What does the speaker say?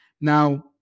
Now